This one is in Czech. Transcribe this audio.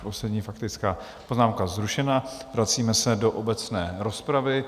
Poslední faktická poznámka zrušena, vracíme se do obecné rozpravy.